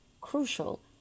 crucial